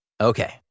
Okay